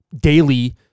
daily